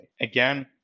Again